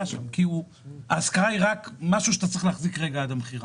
שם כי ההשכרה היא רק משהו שאתה צריך להחזיק רגע עד המכירה,